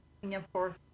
Singapore